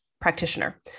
practitioner